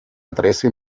adresse